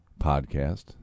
podcast